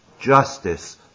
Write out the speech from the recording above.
justice